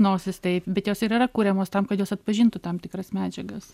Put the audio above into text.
nosys taip bet jos ir yra kuriamos tam kad jos atpažintų tam tikras medžiagas